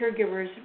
caregivers